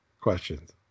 questions